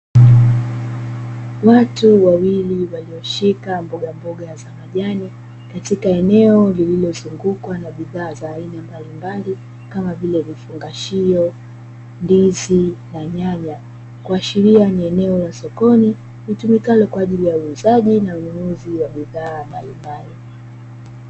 Watu wawili walioshika mboga mboga za majani katika eneo lililozungukwa na bidhaa za aina mbalimbali kama vile vifungashio, ndizi na nyanya, kuashiria ni eneo la sokoni litumikalo kwa ajili ya uuzaji na ununuzu wa bidhaa mbalimbali.